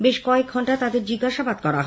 বেশ কয়েকঘন্টা তাদের জিজ্ঞাসাবাদ করা হয়